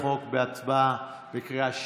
התקבל בקריאה השנייה.